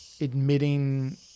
admitting